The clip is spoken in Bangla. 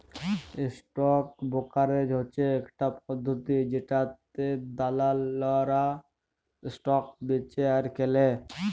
স্টক ব্রকারেজ হচ্যে ইকটা পদ্ধতি জেটাতে দালালরা স্টক বেঁচে আর কেলে